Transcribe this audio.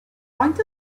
faint